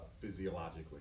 physiologically